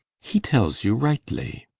he tels you rightly